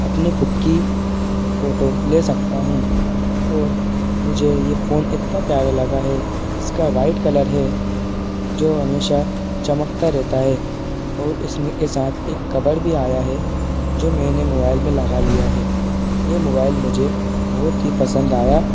अपनी ख़ुद की फोटो ले सकता हूँ और मुझे ये फोन इतना प्यारा लगा है इसका वाइट कलर है जो हमेशा चमकता रेहता है और इस में के साथ एक कवर भी आया है जो मैंने मोबाइल में लगा लिया है यह मोबाइल मुझे बहुत ही पसंद आया